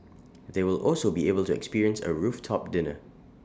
they will also be able to experience A rooftop dinner